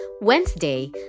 Wednesday